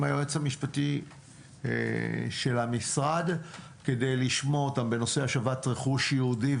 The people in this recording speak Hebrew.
היועץ המשפטי של המשרד כדי לשמוע אותם בנושא השבת רכוש יהודי,